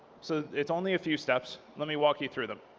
so it's only a few steps. let me walk you through them.